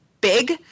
big